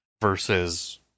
versus